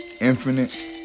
infinite